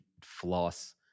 floss